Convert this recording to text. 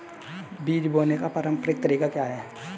बीज बोने का पारंपरिक तरीका क्या है?